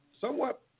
somewhat